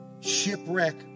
shipwreck